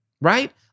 Right